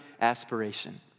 aspiration